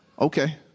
Okay